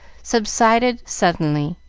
subsided suddenly,